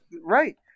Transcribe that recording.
Right